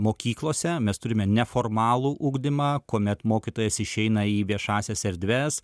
mokyklose mes turime neformalų ugdymą kuomet mokytojas išeina į viešąsias erdves